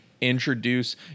Introduce